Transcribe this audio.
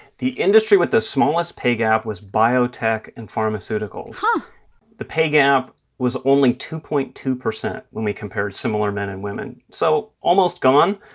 the industry with the smallest pay gap was biotech and pharmaceuticals. but the pay gap was only two point two zero when we compared similar men and women so almost gone.